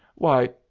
why,